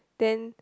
then